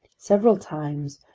several times,